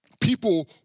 people